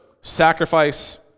Sacrifice